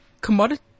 commodity